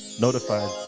notified